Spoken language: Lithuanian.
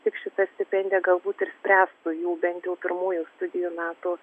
tik šita stipendija galbūt ir spręstų jų bent jau pirmųjų studijų metų